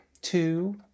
Two